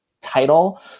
title